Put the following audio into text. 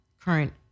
current